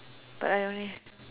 but I only